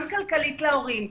גם כלכלית להורים,